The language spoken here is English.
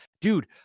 dude